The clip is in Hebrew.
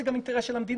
זה גם אינטרס של המדינה,